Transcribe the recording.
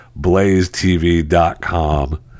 blazetv.com